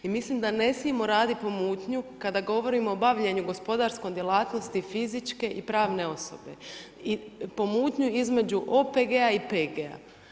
I mislim da ne smijemo raditi pomutnju kada govorimo o bavljenju gospodarskom djelatnosti fizičke i pravne osobe i pomutnju između OPG-a i PG-a.